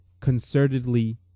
concertedly